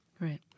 Right